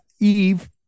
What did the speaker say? Eve